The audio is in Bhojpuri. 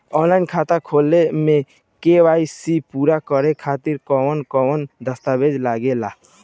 आनलाइन खाता खोले में के.वाइ.सी पूरा करे खातिर कवन कवन दस्तावेज लागे ला?